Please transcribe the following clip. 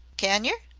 can yer?